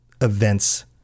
events